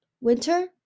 Winter